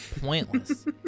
pointless